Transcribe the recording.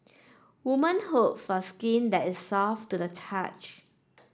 woman hope for skin that is soft to the touch